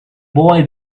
boy